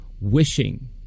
wishing